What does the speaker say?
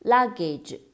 Luggage